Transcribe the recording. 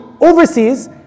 overseas